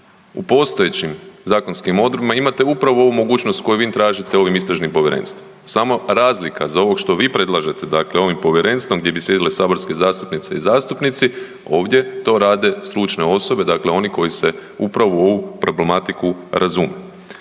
u postojećim zakonskim odredbama imate upravo ovu mogućnost koju vi tražite ovim istražnim povjerenstvom. Samo razlika za ovo što vi predlažete, dakle ovim povjerenstvom gdje bi sjedile saborske zastupnice i zastupnici ovdje to rade stručne osobe, dakle oni koji se upravo u ovu problematiku razumiju.